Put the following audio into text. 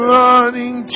running